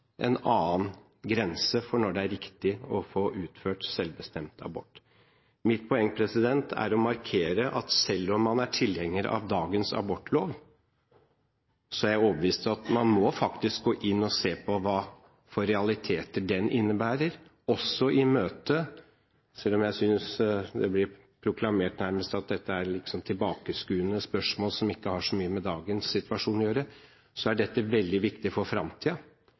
en annen grense for når det er riktig å få utført selvbestemt abort. Mitt poeng er å markere at selv om man er tilhenger av dagens abortlov, er jeg overbevist om at man faktisk må gå inn og se på hva for realiteter den innebærer. Selv om jeg synes det nærmest blir proklamert at det er tilbakeskuende spørsmål som ikke har så mye med dagens situasjon å gjøre, er dette veldig viktig for